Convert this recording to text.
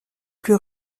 plus